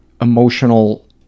emotional